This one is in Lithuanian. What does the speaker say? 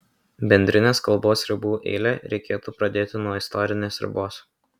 bendrinės kalbos ribų eilę reikėtų pradėti nuo istorinės ribos